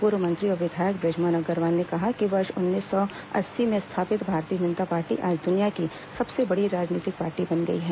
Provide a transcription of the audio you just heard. पूर्व मंत्री और विधायक बृजमोहन अग्रवाल ने कहा कि वर्ष उन्नीस सौ अस्सी में स्थापित भारतीय जनता पार्टी आज दुनिया की सबसे बड़ी राजनीतिक पार्टी बन गई है